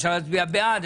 אפשר להצביע בעד,